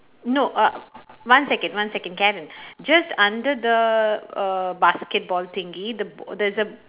no uh one second one second Karen just under the uh basketball thingy the there's a